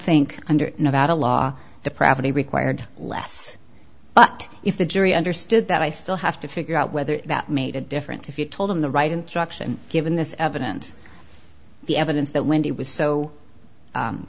think under nevada law the privacy required less but if the jury understood that i still have to figure out whether that made a difference if you told them the right and traction given this evidence the evidence that wendy was so